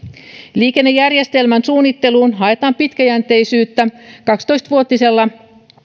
liikennejärjestelmän suunnitteluun haetaan pitkäjänteisyyttä kaksitoista vuotisella